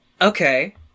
Okay